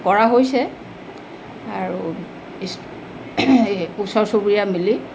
কৰা হৈছে আৰু ইচ ওচৰ চুবুৰীয়া মিলি